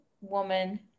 woman